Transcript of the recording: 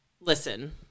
Listen